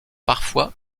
parfois